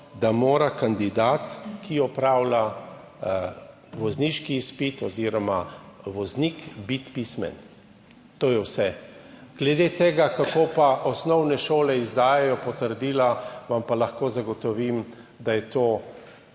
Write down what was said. da mora biti kandidat, ki opravlja vozniški izpit, oziroma voznik pismen, to je vse. Glede tega, kako pa osnovne šole izdajajo potrdila, vam pa lahko zagotovim, da je to